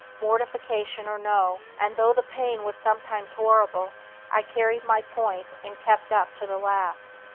mortification or no and though the pain was sometimes horrible i carried my point and kept up to the last.